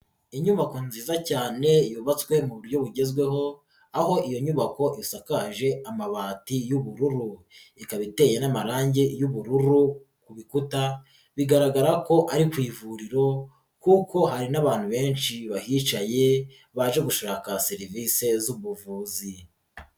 Inyubako nziza cyane yubatswe mu buryo bugezweho aho iyo nyubako isakaje amabati y'ubururu ikaba iteye n'amarangi y'ubururu ku bikuta bigaragara ko ari ku ivuriro kuko hari n'abantu benshi bahicaye baje gushaka serivisi zubuvuzi.